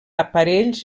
aparells